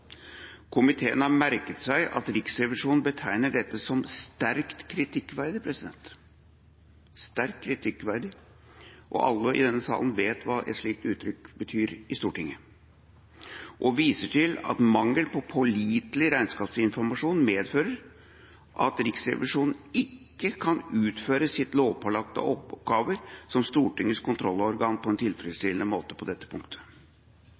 Komiteen har merket seg at Riksrevisjonen betegner dette som sterkt kritikkverdig – sterkt kritikkverdig; alle i denne salen vet hva et slikt uttrykk betyr i Stortinget – og viser til at mangelen på pålitelig regnskapsinformasjon medfører at Riksrevisjonen ikke kan utføre sine lovpålagte oppgaver som Stortingets kontrollorgan på en tilfredsstillende måte på dette punktet.